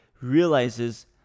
realizes